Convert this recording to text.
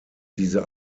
diese